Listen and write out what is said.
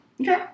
Okay